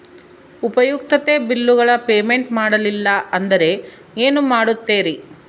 ಉಪಯುಕ್ತತೆ ಬಿಲ್ಲುಗಳ ಪೇಮೆಂಟ್ ಮಾಡಲಿಲ್ಲ ಅಂದರೆ ಏನು ಮಾಡುತ್ತೇರಿ?